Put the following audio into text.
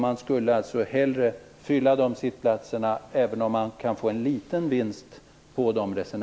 Man borde hellre fylla dem, även om vinsten på dessa resenärer skulle bli liten.